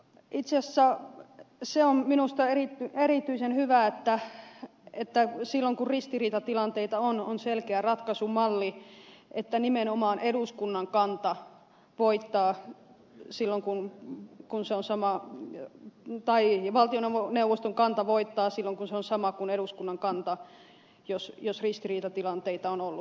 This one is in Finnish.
itse asiassa se on minusta erityisen hyvä että silloin kun ristiriitatilanteita on on selkeä ratkaisumalli että nimenomaan valtioneuvoston kanta voittaa silloin kun se on samaa viiniä tai valtionavun neuvoston kanta voittaa sillon ku se on sama kuin eduskunnan kanta jos ristiriitatilanteita on ollut